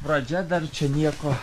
pradžia dar čia nieko